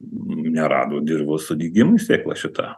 nerado dirvos sudygimui sėkla šita